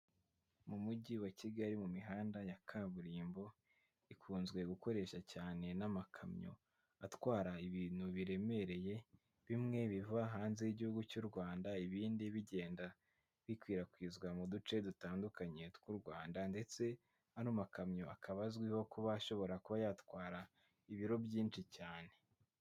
Mu mugi wa kigali mu mihanda ya kaburimbo ikunzwe gukoresha cyane n'amakamyo, itwara ibintu biremereye bimwe biva hanze y'igihugu cy'u Rwanda, ibindi bigenda bikwirakwizwa mu duce dutandukanye tw'u Rwanda, ndetse ano makamyo akaba azwiho kuba ashobora kuba yatwara ibiro byinshi cyane.